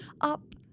up